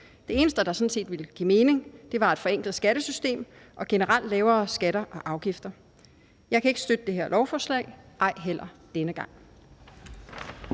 Det eneste, der sådan set ville give mening, var et forenklet skattesystem og generelt lavere skatter og afgifter. Jeg kan ikke støtte det her lovforslag, ej heller denne gang.